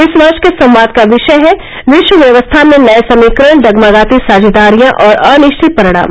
इस वर्ष के संवाद का विषय है विश्व व्यवस्था में नये समीकरण डगमगाती साझेदारियां और अनिश्चित परिणाम